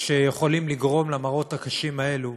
שיכולים לגרום למראות הקשים האלה,